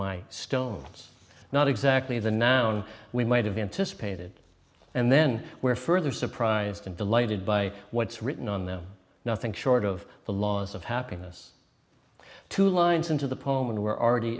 my stone it's not exactly the noun we might have anticipated and then we're further surprised and delighted by what's written on them nothing short of the laws of happiness two lines into the poem and we're already